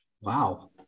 Wow